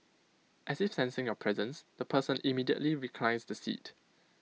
as if sensing your presence the person immediately reclines the seat